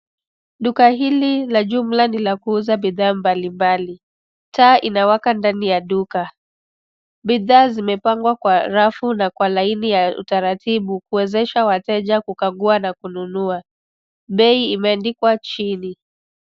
Duka hili la jumla ni la kuuza bidhaa mbalimbali. Taa inawaka ndani ya duka. Bidhaa zimepangwa kwa rafu na kwa laini ya utaratibu kuwezesha wateja kukagua na kununua. Bei imeandikwa chini.